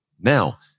Now